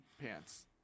pants